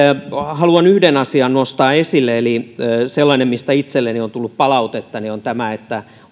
haluan yhden asian nostaa esille sellaisen mistä itselleni on tullut palautetta että